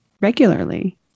regularly